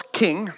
king